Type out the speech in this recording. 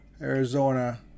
Arizona